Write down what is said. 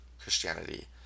christianity